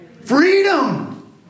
freedom